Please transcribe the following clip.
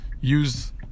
use